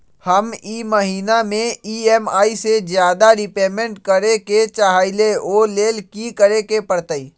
हम ई महिना में ई.एम.आई से ज्यादा रीपेमेंट करे के चाहईले ओ लेल की करे के परतई?